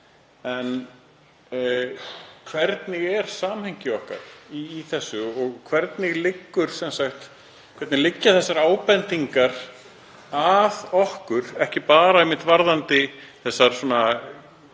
En hvernig er samhengi okkar í þessu og hvernig liggja þessar ábendingar að okkur, ekki bara varðandi þessar beinu